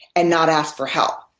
and not ask for help.